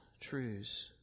truths